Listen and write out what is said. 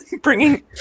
bringing